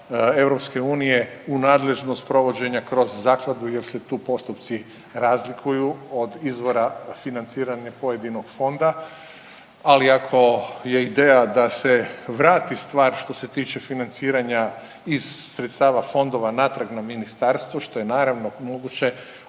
fondova EU u nadležnost provođenja kroz zakladu jer se tu postupci razlikuju od izvora financiranja pojedinog fonda, ali ako je ideja da se vrati stvar što se tiče financiranja iz sredstava fondova natrag na ministarstvo što je naravno moguće